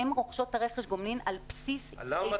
הן רוכשות את רכש הגומלין על בסיס עסקים.